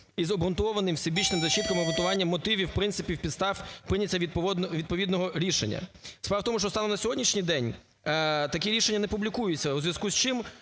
із обґрунтованим, всебічним та чітким обґрунтування мотивів, принципів, підстав прийняття відповідного рішення. Справ в тому, що станом на сьогоднішній день такі рішення не публікуються, у зв'язку з чим